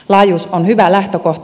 laajuus on hyvä lähtökohta